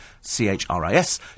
C-H-R-I-S